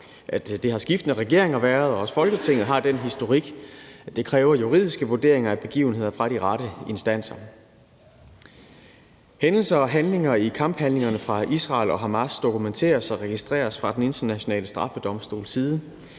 Det har skiftende regeringer været, og også Folketinget har den historik. Det kræver juridiske vurderinger af begivenheder fra de rette instanser. Hændelser og handlinger i kamphandlingerne fra Israel og Hamas dokumenteres og registreres fra Den Internationale Straffedomstols side.